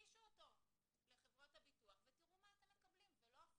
תגישו אותו לחברות הביטוח ותראו מה אתם מקבלים ולא הפוך.